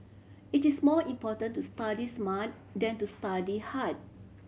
it is more important to study smart than to study hard